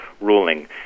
ruling